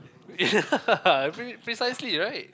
yeah precisely right